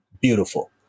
beautiful